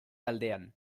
aldean